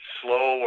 slow